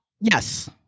yes